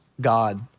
God